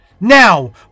Now